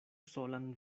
solan